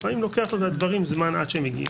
לפעמים לוקח לדברים זמן עד שהם מגיעים.